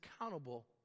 accountable